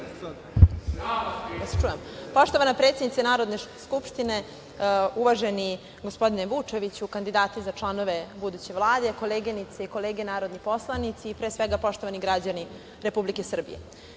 Poštovana predsednice Narodne skupštine, uvaženi gospodine Vučeviću, kandidati za članove buduće vlade, koleginice i kolege narodni poslanici i, pre svega, građani Republike Srbije,